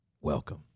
Welcome